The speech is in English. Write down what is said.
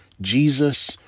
Jesus